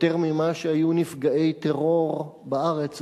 יותר ממה שהיו נפגעי טרור בארץ,